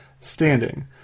standing